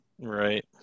Right